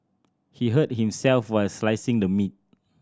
he hurt himself while slicing the meat